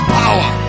power